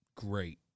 great